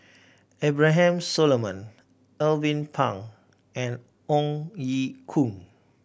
Abraham Solomon Alvin Pang and Ong Ye Kung